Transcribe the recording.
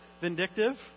vindictive